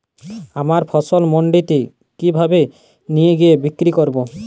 আমার ফসল মান্ডিতে কিভাবে নিয়ে গিয়ে বিক্রি করব?